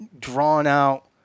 drawn-out